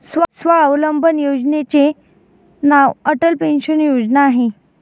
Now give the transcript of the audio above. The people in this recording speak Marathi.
स्वावलंबन योजनेचे नाव अटल पेन्शन योजना आहे